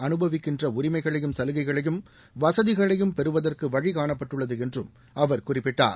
அனுபவிக்கின்ற உரிமைகளையும் சலுகைகளையும் வசதிகளையும் பெறுவதற்கு வழிகாணப்பட்டுள்ளது என்றும் அவர் குறிப்பிட்டார்